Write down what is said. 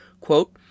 Quote